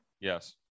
Yes